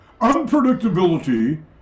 unpredictability